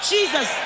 Jesus